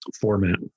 format